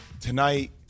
tonight